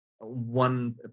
one